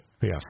Yes